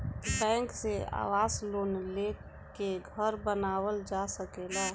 bank से आवास loan लेके घर बानावल जा सकेला